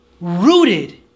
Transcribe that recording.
Rooted